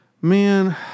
man